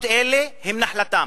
שמדינות אלה הן נחלתם.